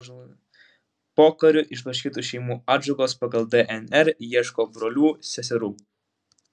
pokariu išblaškytų šeimų atžalos pagal dnr ieško brolių seserų